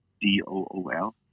D-O-O-L